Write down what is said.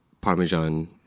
Parmesan